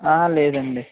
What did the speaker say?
లేదండి